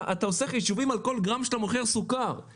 אתה עושה חישוב על כל גרם סוכר שאתה מוכר.